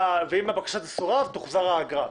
ואם הבקשה תסורב, תוחזר האגרה.